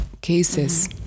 cases